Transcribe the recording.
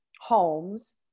homes